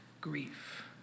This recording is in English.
grief